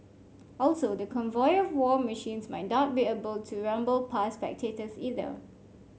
also the convoy of war machines might not be able to rumble past by spectators either